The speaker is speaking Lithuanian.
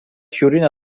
šiaurinė